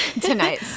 tonight